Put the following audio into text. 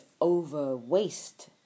over-waste